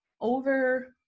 over